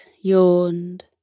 yawned